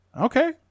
okay